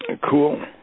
Cool